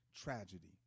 tragedy